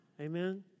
Amen